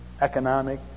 economic